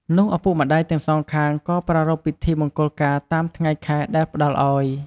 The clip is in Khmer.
នោះឪពុកម្តាយទាំងសងខាងក៏ប្រារព្វពិធីមង្គលការតាមថ្ងៃខែដែលផ្ដល់អោយ។